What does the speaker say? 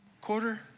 Quarter